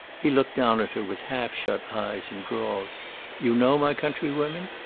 he looked down at her with half-shut eyes, and drawled you know my countrywomen?